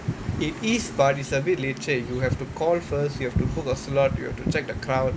it is but it's a bit leceh you have to call first you have to book a slot you have to check the crowd